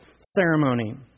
ceremony